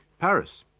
paris.